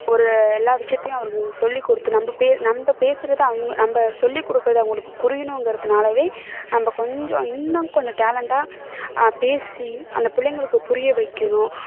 ஒரு எல்லா விஷயத்தையும் அவங்களுக்கு சொல்லி கொடுத்து நம்ம பெ நம்ம பேசுகிறது அவங்க நம்ம சொல்லிக் கொடுக்குறது அவங்களுக்கு புரியணுங்கிறதுனாலவே நம்ம கொஞ்சம் இன்னும் கொஞ்சம் டேலெண்டாக பேசி அந்த பிள்ளைங்களுக்கு புரிய வைக்கணும்